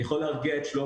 אני יכול להרגיע את שלומי,